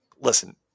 listen